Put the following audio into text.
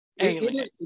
alien